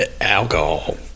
alcohol